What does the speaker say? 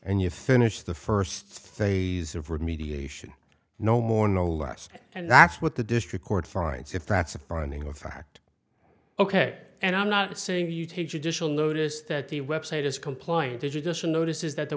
and you've finished the first phase of remediation no more no less and that's what the district court finds if that's a finding of fact ok and i'm not saying you take judicial notice that the website is complying to judicial notice is that the